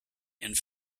and